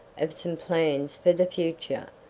of some plans for the future,